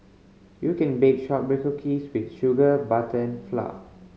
you can bake shortbread cookies with sugar butter and flour